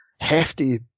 hefty